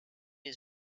has